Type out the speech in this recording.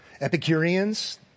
Epicureans